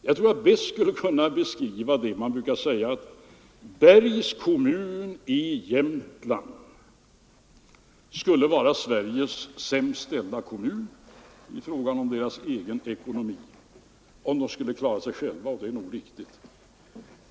Jag tror att jag bäst skulle kunna beskriva det genom att ge ett exempel: Man brukar säga att Bergs kommun i Jämtland skulle vara Sveriges sämst ställda kommun ekonomiskt sett om den skulle klara sig själv, och det är nog riktigt.